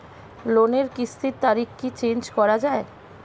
লোনের কিস্তির তারিখ কি চেঞ্জ করা যায়?